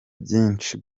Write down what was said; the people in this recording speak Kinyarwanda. byinshi